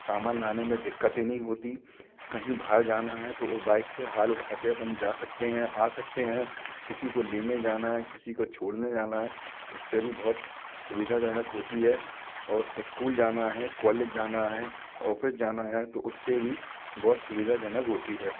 सामान लाने में दिक्कतें नहीं होती कहीं बाहर जाना है तो वो बाइक से हाल उठा के अपन जा सकते हैं आ सकते हैं किसी को लेने जाना है किसी को छोड़ने जाना है उससे भी बहुत सुविधाजनक होती है और इस्कूल जाना है कोलेज जाना है ओफिस जाना है तो उससे भी बहुत सुविधाजनक होती है